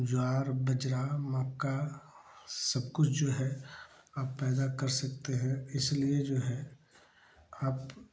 ज्वार बाजरा मक्का सब कुछ जो है आप पैदा कर सकते हैं इसलिए जो है आप